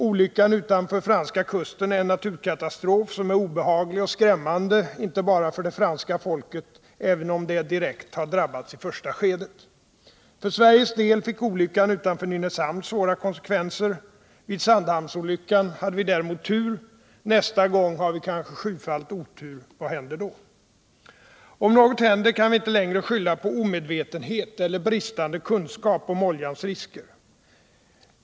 Olyckan utanför den franska kusten ären naturkatastrof, som är obehaglig och skrämmande inte bara för det franska folket, även om det direkt har drabbats i första skedet. För Sveriges del fick olyckan utanför Nynäshamn svåra konsekvenser. Vid Sandhamnsolyckan hade vi däremot tur. Nästa gång har vi kanske sjufalt otur. Vad händer då? Om något händer kan vi inte längre skylla på omedvetenhet eller bristande kunskap om oljans risker.